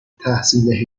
تحصیل